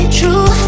true